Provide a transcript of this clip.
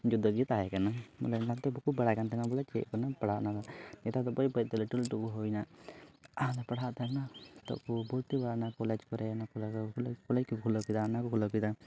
ᱡᱩᱫᱟᱹ ᱜᱮ ᱛᱟᱦᱮᱸ ᱠᱟᱱᱟ ᱵᱚᱞᱮ ᱞᱟᱦᱟᱛᱮ ᱵᱟᱠᱚ ᱵᱟᱲᱟᱭ ᱠᱟᱱ ᱛᱟᱦᱮᱱᱟ ᱵᱚᱞᱮ ᱪᱮᱫ ᱠᱟᱱᱟ ᱯᱟᱲᱦᱟᱣ ᱚᱱᱟᱫᱚ ᱱᱮᱛᱟᱨ ᱫᱚ ᱵᱟᱹᱭ ᱵᱟᱹᱭ ᱛᱮ ᱞᱟᱹᱴᱩ ᱞᱟᱹᱴᱩ ᱵᱚᱱ ᱦᱩᱭᱮᱱᱟ ᱟᱨ ᱯᱟᱲᱦᱟᱜ ᱛᱮ ᱟᱭᱢᱟ ᱱᱤᱛᱚᱜ ᱠᱚ ᱵᱷᱚᱨᱛᱤ ᱵᱟᱲᱟᱭᱮᱱᱟ ᱠᱚᱞᱮᱡᱽ ᱠᱚᱨᱮᱫ ᱠᱚᱞᱮᱡᱽ ᱠᱚ ᱠᱷᱩᱞᱟᱹᱣ ᱠᱮᱫᱟ ᱮᱢ ᱮ ᱠᱚ ᱠᱷᱩᱞᱟᱹᱣ ᱠᱮᱫᱟ